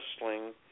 wrestling